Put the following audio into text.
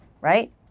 right